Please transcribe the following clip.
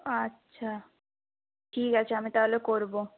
আচ্ছা ঠিক আছে আমি তাহলে করব